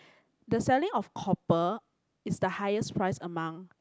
the selling of copper is the highest price among